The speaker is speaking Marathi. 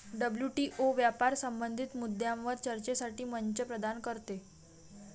डब्ल्यू.टी.ओ व्यापार संबंधित मुद्द्यांवर चर्चेसाठी मंच प्रदान करते